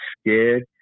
scared